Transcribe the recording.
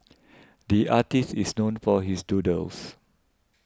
the artist is known for his doodles